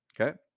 Okay